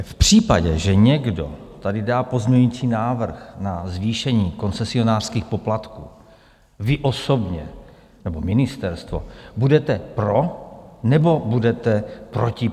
V případě, že někdo tady dá pozměňující návrh na zvýšení koncesionářských poplatků, vy osobně nebo ministerstvo budete pro, nebo budete proti?